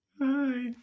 Hi